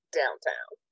downtown